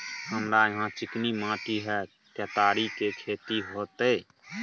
हमरा यहाँ चिकनी माटी हय केतारी के खेती होते?